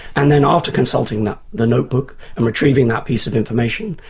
and then after consulting the notebook and retrieving that piece of information,